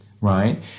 right